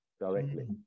directly